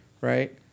Right